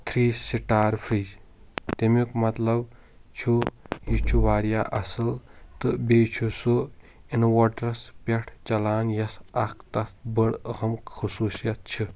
three star fridge تمیُک مطلب چھُ یہِ چھُ واریاہ اصل تہٕ بییٚہِ چھُ سُہ انوٲٹرس پٮ۪ٹھ چلان یس اکھ تتھ بٔڑ أہم خصوٗصیت چھِ